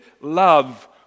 Love